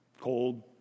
Cold